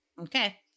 Okay